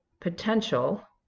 potential